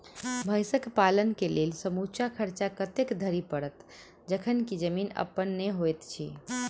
भैंसक पालन केँ लेल समूचा खर्चा कतेक धरि पड़त? जखन की जमीन अप्पन नै होइत छी